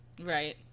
Right